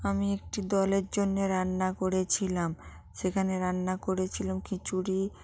আমি একটি দলের জন্য রান্না করেছিলাম সেখানে রান্না করেছিলাম খিচুড়ি